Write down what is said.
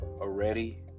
Already